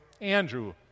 Andrew